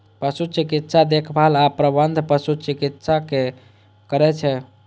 पशु चिकित्सा देखभाल आ प्रबंधन पशु चिकित्सक करै छै